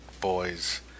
boys